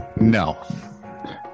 no